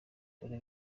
dore